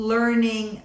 Learning